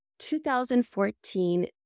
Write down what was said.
2014